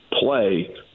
Play